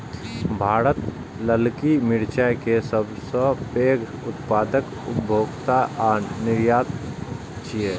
भारत ललकी मिरचाय के सबसं पैघ उत्पादक, उपभोक्ता आ निर्यातक छियै